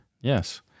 yes